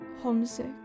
Homesick